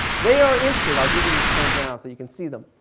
they are interested, i'll give you these terms now so you can see them.